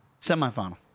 Semifinal